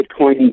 bitcoin